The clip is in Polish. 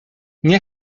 nie